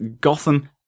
gotham